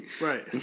Right